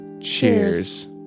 cheers